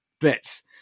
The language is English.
bits